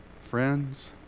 Friends